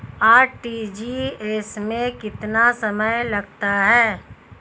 RTGS में कितना समय लगता है?